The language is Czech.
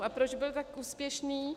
A proč byl tak úspěšný?